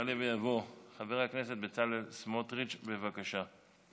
יעלה ויבוא חבר הכנסת בצלאל סמוטריץ', בבקשה.